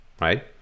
right